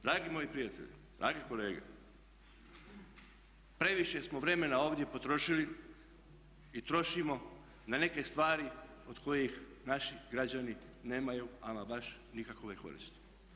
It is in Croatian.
Dragi moji prijatelji, dragi kolege previše smo vremena ovdje potrošili i trošimo na neke stvari od kojih naši građani nemaju ama baš nikakove koristi.